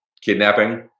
Kidnapping